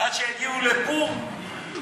עד שיגיעו לפו"ם,